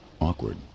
Awkward